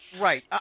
Right